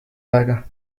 aega